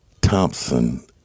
Thompson